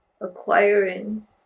acquiring